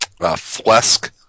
Flesk